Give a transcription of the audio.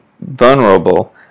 vulnerable